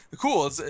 cool